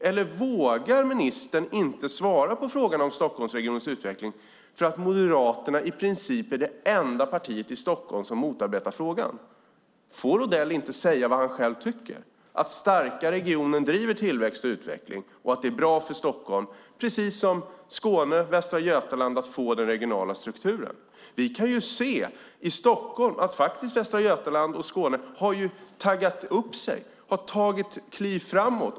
Eller vågar ministern inte svara på frågan om Stockholmsregionens utveckling för att Moderaterna i princip är det enda partiet i Stockholm som motarbetar frågan? Får Odell inte säga vad han själv tycker, att starka regioner driver tillväxt och utveckling och att det är bra för Stockholm, precis som för Skåne och Västra Götaland, att få den regionala strukturen? Vi kan se i Stockholm att Västra Götaland och Skåne har taggat upp sig. De har tagit kliv framåt.